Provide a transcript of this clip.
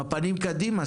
עם הפנים קדימה,